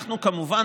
כמובן,